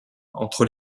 entre